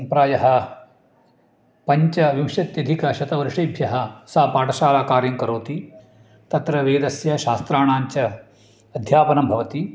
प्रायः पञ्चविंशत्यधिकशतवर्षेभ्यः सा पाटशाला कार्यं करोति तत्र वेदस्य शास्त्राणाञ्च अध्यापनं भवति